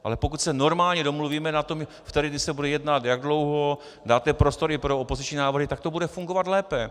Ale pokud se normálně domluvíme na tom, které dny se bude jednat, jak dlouho dáte prostor pro opoziční návrhy, tak to bude fungovat lépe.